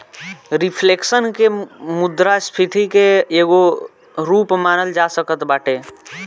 reflection के मुद्रास्फीति के एगो रूप मानल जा सकत बाटे